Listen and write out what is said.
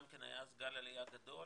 גם כן היה אז גל עלייה גדול,